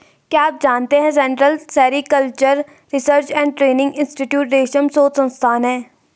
क्या आप जानते है central sericultural research and training institute रेशम शोध संस्थान है?